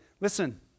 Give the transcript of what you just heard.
Listen